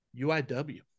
UIW